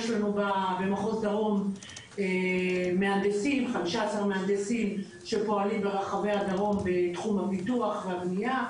יש לנו במחוז דרום מהנדסים שפועלים ברחבי הדרום בתחום הפיתוח והבנייה.